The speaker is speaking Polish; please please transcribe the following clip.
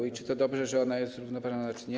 I czy to dobrze, że ona jest zrównoważona, czy nie?